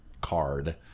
card